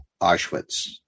auschwitz